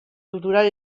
cultural